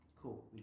Cool